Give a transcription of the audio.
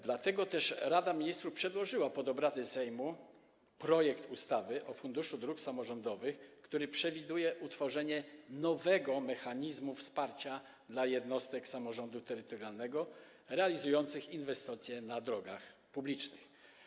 Dlatego też Rada Ministrów przedłożyła pod obrady Sejmu projekt ustawy o Funduszu Dróg Samorządowych, który przewiduje utworzenie nowego mechanizmu wsparcia dla jednostek samorządu terytorialnego realizujących inwestycje na drogach publicznych.